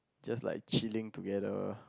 just like chilling together